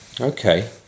okay